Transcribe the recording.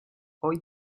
hoy